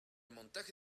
montaje